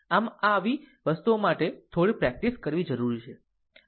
આમ આવી વસ્તુ માટે થોડી પ્રેક્ટિસ કરવી જરૂરી છે